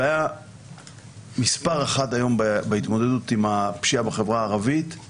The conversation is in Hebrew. הבעיה מספר אחת היום בהתמודדות עם הפשיעה בחברה הערבית היא